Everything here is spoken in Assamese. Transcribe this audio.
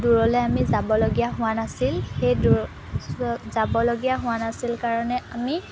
দূৰলৈ আমি যাবলগীয়া হোৱা নাছিল সেই দূৰ যাবলগীয়া হোৱা নাছিল কাৰণে আমি